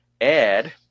add